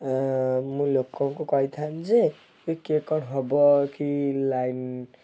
ମୁଁ ଲୋକଙ୍କୁ କହିଥାନ୍ତି ଯେ କି କଣ ହେବ କି ଲାଇନ୍